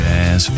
Jazz